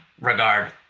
regard